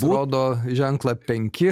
rodo ženklą penki